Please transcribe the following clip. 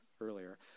earlier